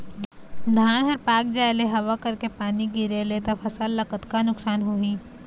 धान हर पाक जाय ले हवा करके पानी गिरे ले त फसल ला कतका नुकसान होही?